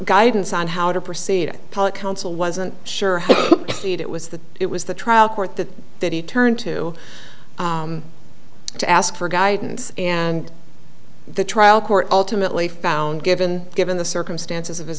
guidance on how to proceed public counsel wasn't sure how it was that it was the trial court that that he turned to to ask for guidance and the trial court ultimately found given given the circumstances of his